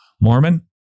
Mormon